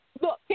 look